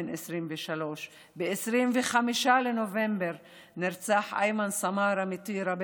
בן 23. ב-25 בנובמבר נרצח איימן סמארה מטירה,